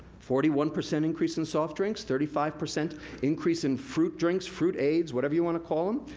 forty one percent increase in soft drinks, thirty five percent increase in fruit drinks, fruitades, whatever you wanna call them.